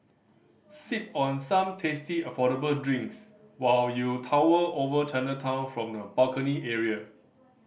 sip on some tasty affordable drinks while you tower over Chinatown from the balcony area